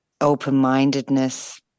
open-mindedness